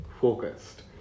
focused